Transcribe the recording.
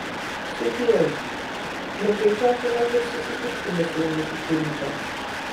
sudieu bet greičiausiai mes dar susitiksime su jumis iki ryto